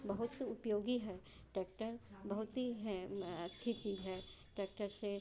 बहुत उपयोगी है टैक्टर बहुत ही है अच्छी चीज़ है ट्रैक्टर से